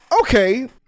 okay